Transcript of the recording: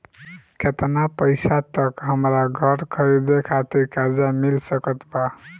केतना पईसा तक हमरा घर खरीदे खातिर कर्जा मिल सकत बा?